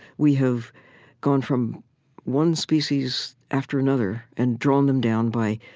we have gone from one species after another and drawn them down by